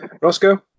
Roscoe